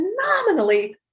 phenomenally